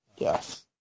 Yes